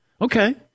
Okay